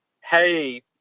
hey